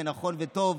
נכון וטוב,